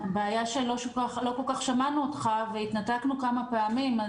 לא כל כך שמענו אותך, והתנתקנו כמה פעמים.